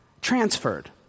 Transferred